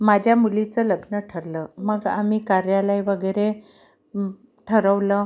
माझ्या मुलीचं लग्न ठरलं मग आम्ही कार्यालय वगैरे ठरवलं